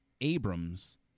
Abrams